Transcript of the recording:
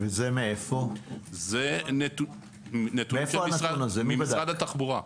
זה נתון של משרד התחבורה.